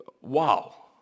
wow